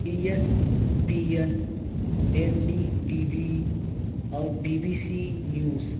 ای S P N N D T V اور B B C news